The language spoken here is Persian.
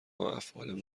افعال